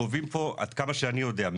עד כמה שאני יודע,